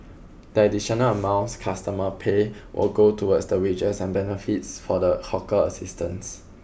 the additional amounts customers pay will go towards the wages and benefits for the hawker assistants